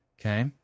Okay